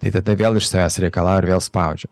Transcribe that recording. tai tada vėl iš savęs reikalauja ir vėl spaudžia